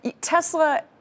Tesla